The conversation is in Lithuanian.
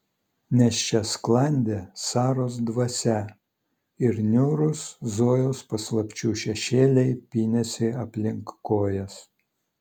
nes čia sklandė saros dvasia ir niūrūs zojos paslapčių šešėliai pynėsi aplink kojas